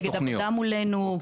כנגד עבודה מולנו,